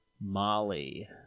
Molly